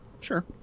sure